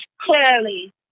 clearly